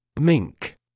Mink